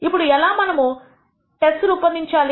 ఇప్పుడు ఎలా మనము టెస్ట్స్ రూపొందించాలి